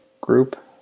group